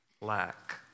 lack